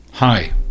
Hi